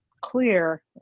clear